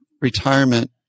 retirement